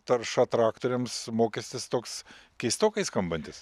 tarša traktoriams mokestis toks keistokai skambantis